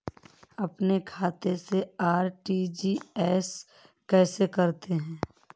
अपने खाते से आर.टी.जी.एस कैसे करते हैं?